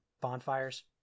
bonfires